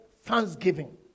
thanksgiving